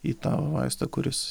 į tą vaistą kuris